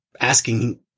asking